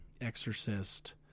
exorcist